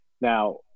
Now